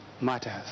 matters